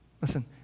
Listen